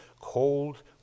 cold